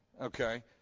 Okay